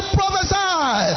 prophesy